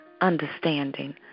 understanding